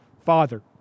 father